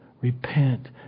repent